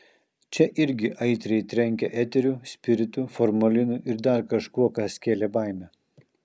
čia irgi aitriai trenkė eteriu spiritu formalinu ir dar kažkuo kas kėlė baimę